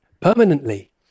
permanently